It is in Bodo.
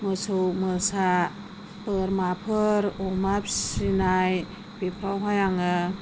मोसौ मोसा बोरमाफोर अमा फिसिनाय बेफोरावहाय आङो